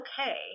okay